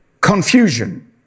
confusion